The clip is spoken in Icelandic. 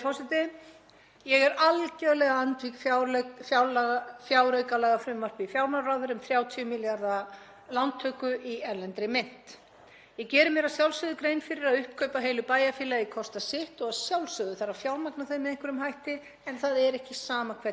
Ég geri mér að sjálfsögðu grein fyrir að uppkaup á heilu bæjarfélagi kosta sitt og að sjálfsögðu þarf að fjármagna þau með einhverjum hætti, en það er ekki sama hvernig það er gert og ég tel enga þörf á lántöku vegna þess. Það er allt flæðandi í peningum á þessu landi en þeir eru bara ekki aðgengilegir fyrir almenning eða þegar